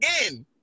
again